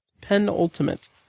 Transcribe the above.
penultimate